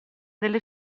delle